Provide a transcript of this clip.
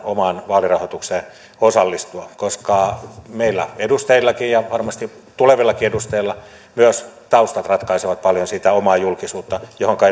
omaan vaalirahoitukseen osallistua koska meillä edustajillakin ja varmasti tulevillakin edustajilla myös taustat ratkaisevat paljon sitä omaa julkisuutta mihinkä